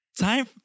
Time